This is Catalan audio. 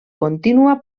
contínua